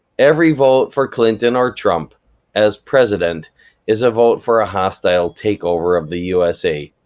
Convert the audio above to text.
every vote for clinton or trump as president is a vote for a hostile takeover of the usa!